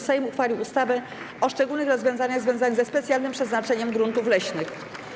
Sejm uchwalił ustawę o szczególnych rozwiązaniach związanych ze specjalnym przeznaczeniem gruntów leśnych.